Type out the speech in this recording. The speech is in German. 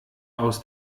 aus